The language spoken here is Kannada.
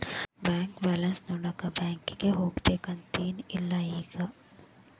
ಬ್ಯಾಂಕ್ ಬ್ಯಾಲೆನ್ಸ್ ನೋಡಾಕ ಬ್ಯಾಂಕಿಗೆ ಹೋಗ್ಬೇಕಂತೆನ್ ಇಲ್ಲ ಈಗ